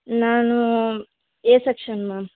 ನಾನೂ A section ma'am